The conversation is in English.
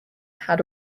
had